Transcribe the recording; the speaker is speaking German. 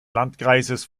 landkreises